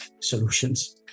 solutions